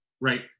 Right